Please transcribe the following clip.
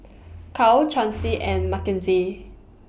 Cal Chauncey and Makenzie